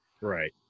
Right